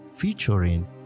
featuring